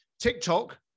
TikTok